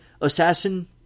assassin